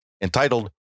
entitled